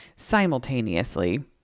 simultaneously